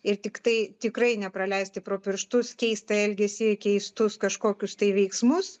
ir tiktai tikrai nepraleisti pro pirštus keistą elgesį keistus kažkokius veiksmus